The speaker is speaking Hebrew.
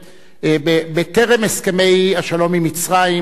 בטרם הסכמי השלום עם מצרים לא היתה